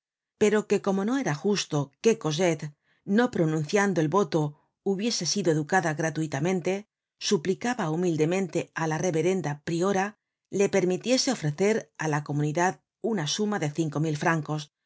pero que como no era justo que cosette no pronunciando el voto hubiese sido educada gratuitamente suplicaba humildemente á la reverenda priora le permitiese ofrecer á la comunidad una suma de cinco mil francos